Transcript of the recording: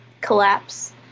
collapse